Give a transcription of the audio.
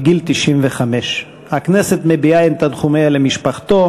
בגיל 95. הכנסת מביעה את תנחומיה למשפחתו,